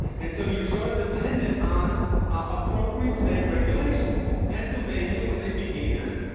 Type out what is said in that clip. and so you're sort of dependent on appropriate state regulation. pennsylvania, when they began,